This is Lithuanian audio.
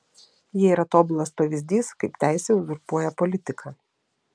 jie yra tobulas pavyzdys kaip teisė uzurpuoja politiką